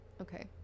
Okay